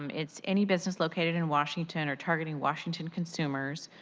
um it's any business located in washington are targeting washington consumers.